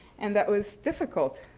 and that was difficult.